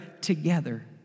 together